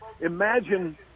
imagine